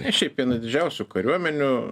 šiaip viena didžiausių kariuomenių